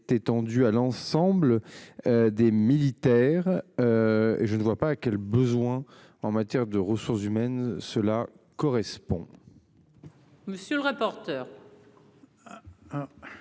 étendue à l'ensemble. Des militaires. Et je ne vois pas quel besoin en matière de ressources humaines, cela correspond. Monsieur le rapporteur.